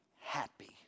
happy